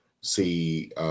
See